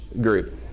group